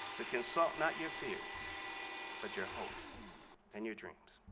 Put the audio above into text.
to consult not your fears but your hopes and your dreams.